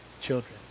children